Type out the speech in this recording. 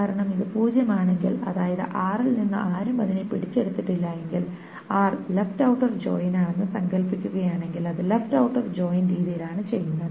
കാരണം ഇത് 0 ആണെങ്കിൽ അതായത് r ൽ നിന്ന് ആരും അതിനെ പിടിച്ചെടുത്തിട്ടില്ലെങ്കിൽ r ലെഫ്റ് ഔട്ടർ ജോയിൻ ആണെന്ന് സങ്കല്പിക്കുകയാണെങ്കിൽ അത് ലെഫ്റ് ഔട്ടർ ജോയിൻ രീതിയിലാണ് ചെയ്യുന്നത്